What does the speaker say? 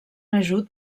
ajut